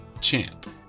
champ